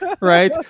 Right